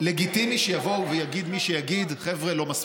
לגיטימי שיבואו ויגיד מי שיגיד: חבר'ה, לא מספיק.